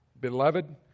Beloved